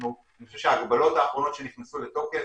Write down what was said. אני חושב שההגבלות האחרונות שנכנסו לתוקף,